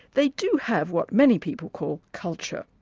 they do have what many people call culture.